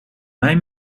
mij